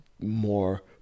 more